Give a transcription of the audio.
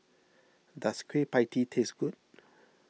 does Kueh Pie Tee taste good